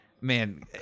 man